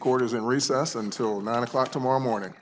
quarters in recess until nine o'clock tomorrow morning